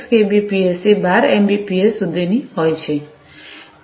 6 કેબીપીએસથી 12 એમબીપીએસ સુધીની હોય છે